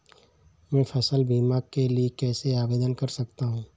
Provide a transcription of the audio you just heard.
मैं फसल बीमा के लिए कैसे आवेदन कर सकता हूँ?